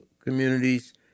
communities